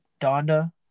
Donda